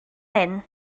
hyn